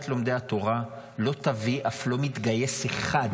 לומדי התורה לא תביא אף לא מתגייס אחד.